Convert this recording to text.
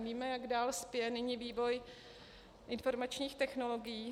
Víme, jak dál spěje nyní vývoj informačních technologií.